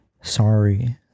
sorry